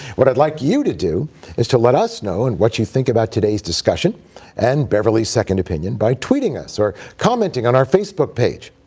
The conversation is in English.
what i'd like you to do is to let us know and what you think about today's discussion and beverly's second opinion by tweeting us or commenting on our facebook page.